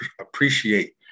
appreciate